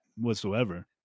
whatsoever